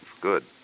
Good